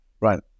right